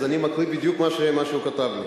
אז אני מקריא בדיוק מה שהוא כתב לי.